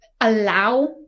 allow